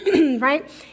right